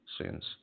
sins